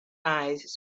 eyes